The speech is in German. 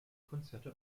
konzerte